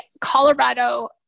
Colorado